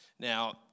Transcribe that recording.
Now